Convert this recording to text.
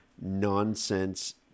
nonsense